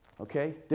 Okay